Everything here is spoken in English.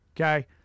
Okay